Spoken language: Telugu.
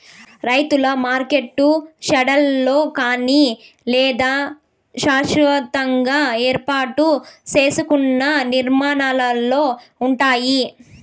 రైతుల మార్కెట్లు షెడ్లలో కానీ లేదా శాస్వతంగా ఏర్పాటు సేసుకున్న నిర్మాణాలలో ఉంటాయి